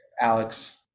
Alex